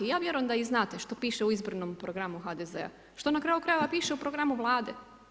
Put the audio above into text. Ja vjerujem da i znate što piše u izbornom programu HDZ-a, što na kraju krajeva piše u programu Vlade.